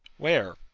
where?